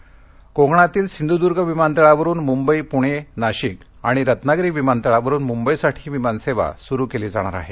विमान सेवाः कोकणातील सिंधुदुर्ग विमानतळावरुन मुंबई पुणे नाशिक आणि रत्नागिरी विमानतळावरुन मुंबईसाठी विमान सेवा सुरू केली जाणार आहे